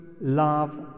love